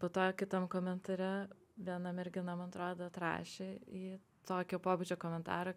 po to kitam komentare viena mergina man atrodo atrašė į tokio pobūdžio komentarą